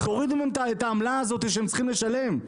תורידו מהם את העמלה הזאת שהם צריכים לשלם.